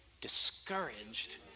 discouraged